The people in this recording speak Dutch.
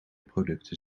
producten